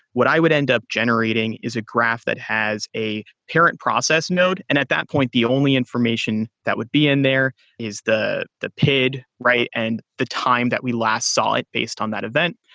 what i would end up generating is a graph that has a parent process node. and at that point, the only information that would be in there is the the pid and the time that we last saw it based on that event.